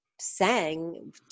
sang